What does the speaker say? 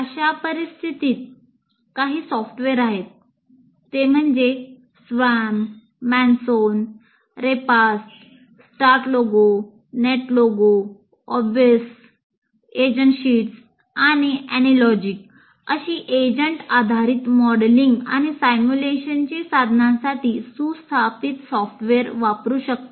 अशा परिस्थितीत Swarm MASON Repast StarLogo NetLogo OBEUS AgentSheets आणि AnyLogic अशी एजंट आधारित मॉडेलिंग आणि सिम्युलेशनची साधनांसाठी सुस्थापित सॉफ्टवेअर वापरू शकतात